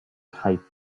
type